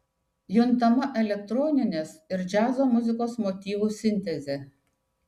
juntama elektroninės ir džiazo muzikos motyvų sintezė